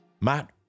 Matt